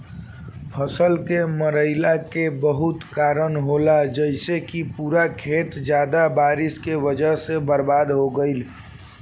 फसल के मरईला के बहुत कारन होला जइसे कि पूरा खेत ज्यादा बारिश के वजह से बर्बाद हो गईल